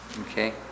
okay